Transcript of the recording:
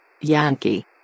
Yankee